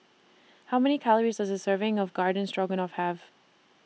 How Many Calories Does A Serving of Garden Stroganoff Have